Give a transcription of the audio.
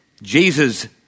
Jesus